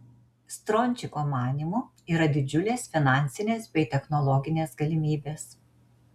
strončiko manymu yra didžiulės finansinės bei technologinės galimybės